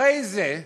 אחרי זה,